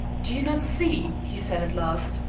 do you not see, he said at last,